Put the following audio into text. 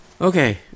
Okay